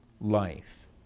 life